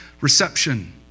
reception